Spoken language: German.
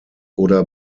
oder